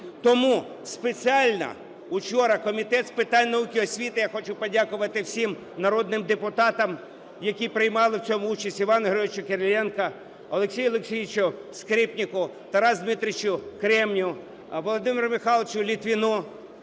Тому спеціально учора Комітет з питань науки і освіти, я хочу подякувати всім народним депутатам, які приймали в цьому участь: Івану Григоровичу Кириленку, Олексію Олексійовичу Скрипнику, Тарасу Дмитровичу Кременю, Володимиру Михайловичу Литвину,